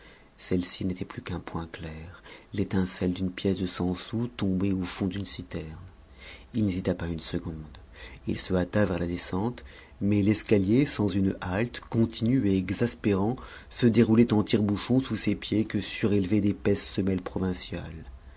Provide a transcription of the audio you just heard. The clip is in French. celle-ci n'était plus qu'un point clair l'étincelle d'une pièce de cent sous tombée au fond d'une citerne il n'hésita pas une seconde il se hâta vers la descente mais l'escalier sans une halte continu et exaspérant se déroulait en tire bouchon sous ses pieds que surélevaient d'épaisses semelles provinciales